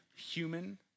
Human